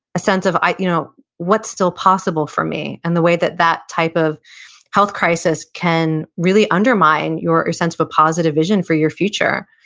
a sense of, you know what's still possible for me? and the way that that type of health crisis can really undermine your your sense of a positive vision for your future.